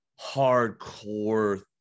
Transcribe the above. hardcore